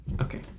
Okay